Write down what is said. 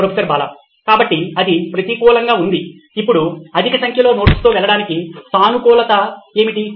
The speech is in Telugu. ప్రొఫెసర్ బాలా కాబట్టి ఇది ప్రతికూలంగా ఉంది ఇప్పుడు అధిక సంఖ్యలో నోట్స్తో వెళ్లడానికి సానుకూలత ఏమిటి